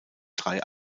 drei